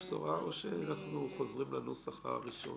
את אשת בשורה או שאנחנו חוזרים לנוסח הראשון?